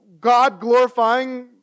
God-glorifying